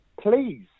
Please